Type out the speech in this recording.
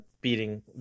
beating